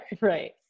right